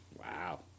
Wow